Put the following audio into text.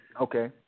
Okay